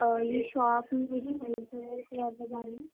اور یہ شاپ